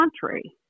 country